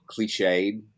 cliched